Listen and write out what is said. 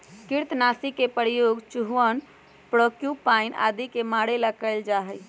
कृन्तकनाशी के प्रयोग चूहवन प्रोक्यूपाइन आदि के मारे ला कइल जा हई